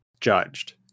judged